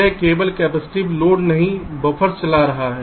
यह केवल capacitive load नहीं बफ़र्स चला रहा है